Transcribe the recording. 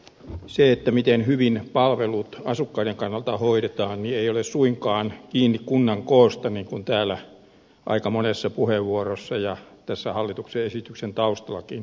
se miten hyvin palvelut asukkaiden kannalta hoidetaan ei ole suinkaan kiinni kunnan koosta niin kuin täällä aika monessa puheenvuorossa ja tässä hallituksen esityksen taustallakin oletetaan